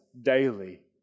daily